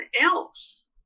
else